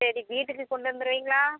சரி வீட்டுக்கு கொண்டு வந்துடுவீங்களா